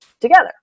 together